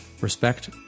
respect